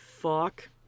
fuck